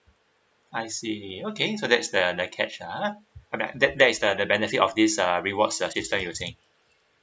I see okay so that's the the cash ah back that that is the the benefit of these ah rewards ah just now you're saying